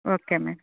okay madam